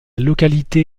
localité